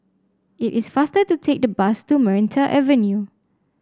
it is faster to take the bus to Maranta Avenue